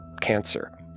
cancer